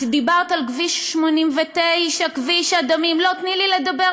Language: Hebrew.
את דיברת על כביש 89, כביש הדמים, יפעת,